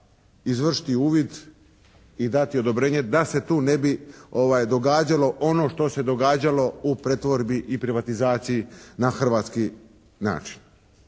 izvršiti uvid i dati odobrenje da se tu ne bi događalo ono što se događalo u pretvorbi i privatizaciji na hrvatski način.